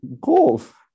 Golf